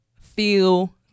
feel